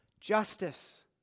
Justice